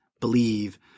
believe